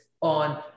on